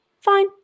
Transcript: fine